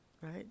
right